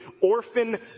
Orphan